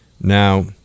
Now